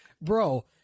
bro